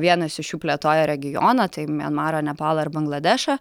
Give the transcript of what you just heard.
vienas iš jų plėtoja regioną tai mianmarą nepalą ir bangladešą